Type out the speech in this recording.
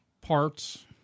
parts